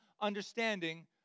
understanding